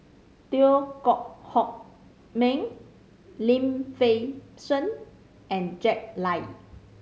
Teo Koh Hock Miang Lim Fei Shen and Jack Lai